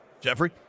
Jeffrey